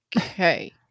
Okay